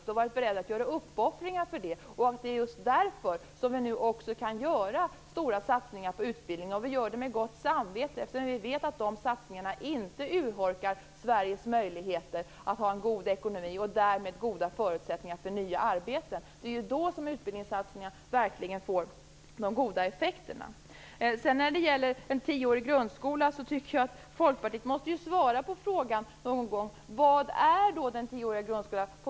De har varit beredda att göra uppoffringar för det, och det är just därför som vi nu också kan göra stora satsningar på utbildning. Vi gör det med gott samvete, eftersom vi vet att de satsningarna inte urholkar Sveriges möjligheter att ha en god ekonomi och därmed goda förutsättningar för nya arbeten. Det är då som utbildningssatsningar verkligen får de goda effekterna. När det gäller en tioårig grundskola tycker jag att Folkpartiet någon gång måste svara på frågan: Vad är den tioåriga grundskolan?